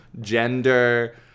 gender